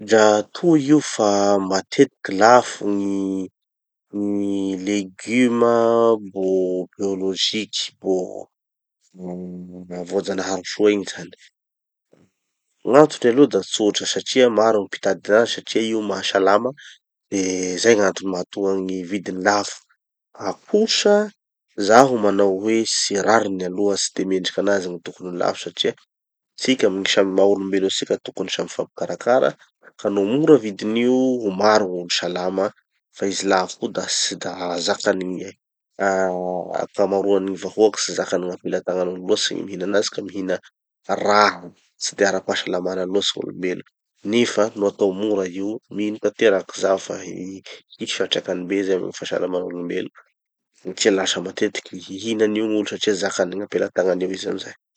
Dra to io fa matetiky lafo gny leguma mbo bioloziky, mbo voajanahary soa igny zany. Gn'antony aloha da tsotra satria maro gny mpitady anazy satria io mahasalama de zay gn'antony mahatonga gny vidiny lafo. Fa kosa, zaho manao hoe tsy rariny aloha, tsy de mendriky anazy gny tokony ho lafo satria tsika amy gny samy maha olom-belo atsika tokony samy mifampikarakara. Fa no mora vidin'io, ho maro gny olo salama, fa izy lafo io da tsy da zakany gny ah ankamaroan'ny gny vahoaky, tsy zakan'ny gn'apelategnan'olo loatsy gny mihina anazy ka mihina raha tsy de ara-pahasalamana loatsy gn'olom-belo. Nefa no atao mora io, mino tanteraky zaho fa hisy fiatraikany be zay amy gny fahasalaman'ny gn'olom-belo satria lasa matetiky hihina anio gn'olo satria zakany gn'apelatagnany eo izy amizay.